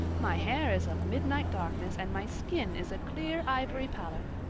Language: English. my hair is of midnight darkness and my skin is a clear ivory pallor.